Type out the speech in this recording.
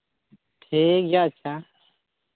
ᱴᱷᱤᱠ ᱜᱮᱭᱟ ᱟᱪᱪᱷᱟ